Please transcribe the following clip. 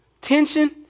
Tension